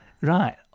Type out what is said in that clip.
Right